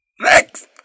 Next